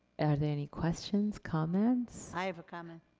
are there any questions, comments? i have a comment.